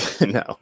no